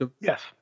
yes